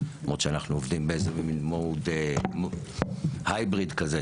למרות שאנחנו עובדים באיזה מוד הייבריד כזה,